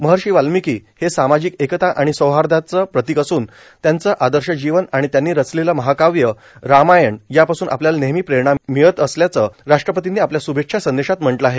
महर्षी वाल्मिकी हे सामाजिक एकता आणि सौहार्दाचं प्रतीक असून त्यांचं आदर्श जीवन आणि त्यांनी रचलेलं महाकाव्य रामायण यापासून आपल्याला नेहमी प्रेरणा मिळत असल्याचं राष्ट्रपतींनी आपल्या श्भेच्छा संदेशात म्हटलं आहे